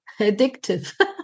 addictive